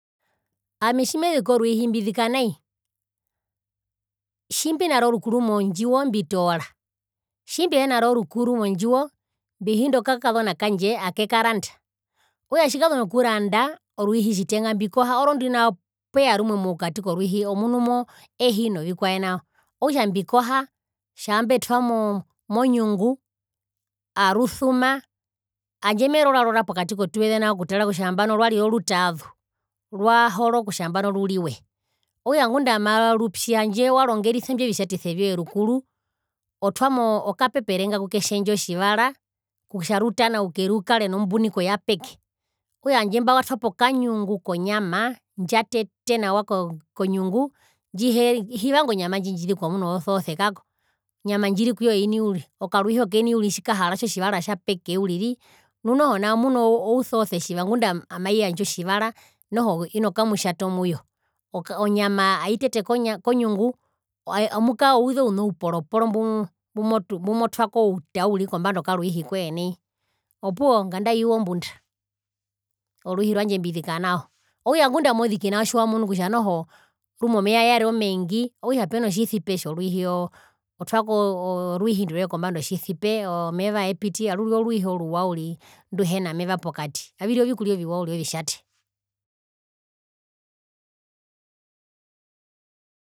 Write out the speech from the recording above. Ami tjimeziki orwihi mbizika nai tjimbinaro mondjiwo mbitoora tjimbihinaro mondjiwo mbihinda okakazona kandje akekaranda okutja tjikazu nokuranda oruihi tjitenga mbikohaorondu nao peya rumwe mokati koruihi omunumo ehi novikwae nao, okutja mbikoha tjaambo etwamo monyungu. arusuma handje merorarora pokati kotuveze nao okutara kutja nambaono rwarire orutaazu. rwahoro kutja nambano ruriwe. okutja ngunda amarupyi hndje warongerisa imbi ovitjtise vyoye rukuru otwamo okapepere nga kuketjendja otjivara kutja rutanaure rukare nombuniko yapeke. okutja handje imba watwapo okanyungu konyama ndjatete nawa konyungu. hivanga onyama ndjizikwa munozosoose kako. onyama ndjiri kuyoini uri. okaruihi okeni tjikahara tjotjivara tjapeke uriri nu noho nao munousoose tjiva ngunda amaiyandja otjivara noho inokamutjato muyo. Onyama aitete konyungu. amukara ouze ouna ouporoporo mbumotwako outa uriri kombando karuihi koye nai opuwo onganda ayiu ombunda. Okutja ngunda moziki nao tjiwamunu kutja omeya yarire omengi okutja peno tjisipe tjorwihi otwako orwihi ndo rwee kombanda otjisipe omeva aepiti orurire orwiihi oruwa uriri nduhena meva pokati avirire ovikurya oviwa uriri ovitjate.